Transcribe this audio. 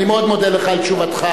אני מאוד מודה לך על תשובתך.